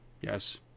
Yes